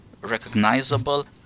recognizable